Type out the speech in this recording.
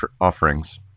offerings